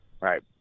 Right